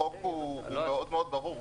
החוק הוא מאוד מאוד ברור.